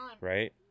Right